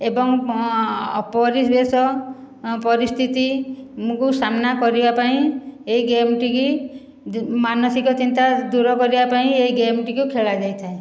ଏବଂ ପରିବେଶ ପରିସ୍ଥିତି ଆମକୁ ସାମ୍ନା କରିବା ପାଇଁ ଏ ଗେମ୍ ଟିକି ମାନସିକ ଚିନ୍ତା ଦୂର କରିବା ପାଇଁ ଏଇ ଗେମ୍ ଟିକୁ ଖେଳା ଯାଇଥାଏ